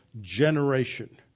generation